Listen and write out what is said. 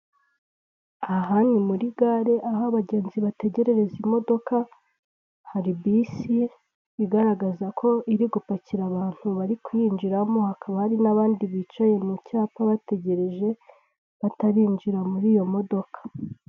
Aha ni muri gare aho abagenzi bategerereza imodoka hari bisi igaragaza ko iri gupakira abantu bari kuyinjiramo hakaba hari n'abandi bicaye mu cyapa bategereje batarinjira muri iyo modoka.